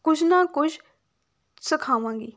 ਕੁਝ ਨਾ ਕੁਝ ਸਿਖਾਵਾਂਗੀ